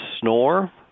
snore